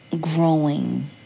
growing